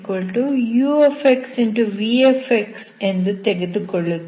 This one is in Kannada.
v ಎಂದು ತೆಗೆದುಕೊಳ್ಳುತ್ತೇನೆ